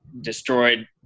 destroyed